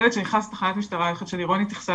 ילד שנכנס לתחנת משטרה - אני חושבת שלירון התייחסה